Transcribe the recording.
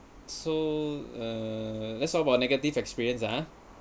so uh let's talk about negative experience ah